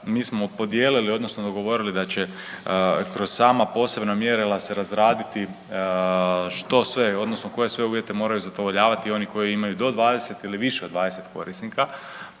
Mi smo podijelili odnosno dogovorili da će kroz sama posebna mjerila se razraditi što sve odnosno koje sve uvjete moraju zadovoljavati oni koji imaju do 20 ili više od 20 korisnika.